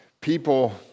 people